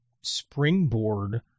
springboard